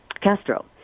Castro